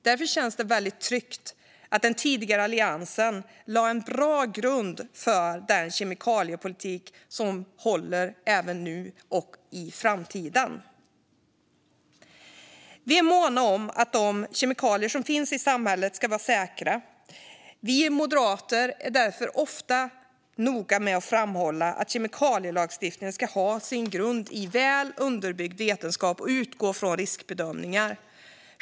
Det känns tryggt att Alliansen lade en bra grund för kemikaliepolitiken som håller nu och i framtiden. Vi moderater är måna om att de kemikalier som finns i samhället ska vara säkra. Vi är därför ofta noga med att framhålla att kemikalielagstiftningen ska ha sin grund i väl underbyggd vetenskap och utgå från riskbedömningar.